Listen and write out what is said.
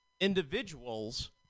individuals